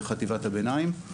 בחטיבת הביניים.